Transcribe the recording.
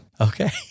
Okay